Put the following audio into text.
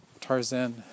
Tarzan